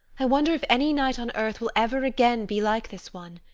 i wonder if any night on earth will ever again be like this one.